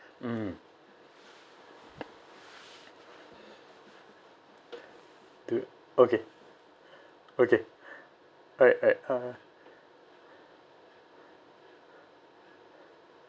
mm to okay okay alright alright uh